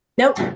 Nope